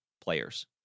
players